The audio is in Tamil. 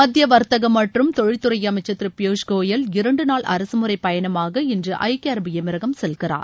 மத்திய வா்த்தகம் மற்றும் தொழில்துறை அமைச்சள் திரு பியூஷ் கோயல் இரண்டு நாள் அரசுமுறை பயணமாக இன்று ஐக்கிய அரபு எமிரகம் செல்கிறார்